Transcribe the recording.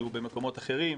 יהיו במקומות אחרים,